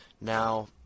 Now